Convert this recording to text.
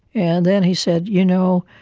and then he said, you know,